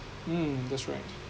mm that's right